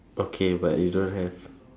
okay but you don't have